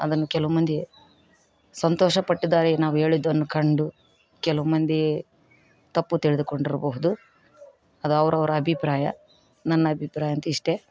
ಅದನ್ನು ಕೆಲವು ಮಂದಿ ಸಂತೋಷ ಪಟ್ಟಿದ್ದಾರೆ ನಾವು ಹೇಳಿದ್ದನ್ನು ಕಂಡು ಕೆಲವು ಮಂದಿ ತಪ್ಪು ತಿಳಿದುಕೊಂಡಿರಬಹುದು ಅದು ಅವ್ರವರ ಅಭಿಪ್ರಾಯ ನನ್ನ ಅಭಿಪ್ರಾಯ ಅಂತು ಇಷ್ಟೇ